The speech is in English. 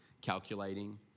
calculating